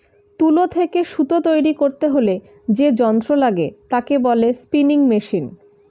তুলো থেকে সুতো তৈরী করতে হলে যে যন্ত্র লাগে তাকে বলে স্পিনিং মেশিন